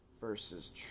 versus